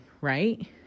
right